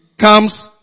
comes